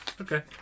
okay